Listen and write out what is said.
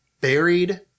buried